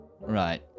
right